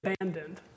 abandoned